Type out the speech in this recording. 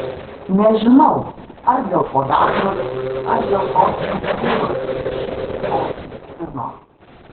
nežinau ar dėl podagros ar dėl tos mikstūros iš kolchicino